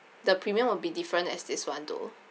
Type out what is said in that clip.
the premium will be different as this [one] too